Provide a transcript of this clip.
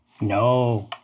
No